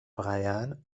bryan